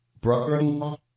brother-in-law